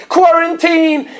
Quarantine